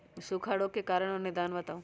सूखा रोग के कारण और निदान बताऊ?